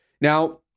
now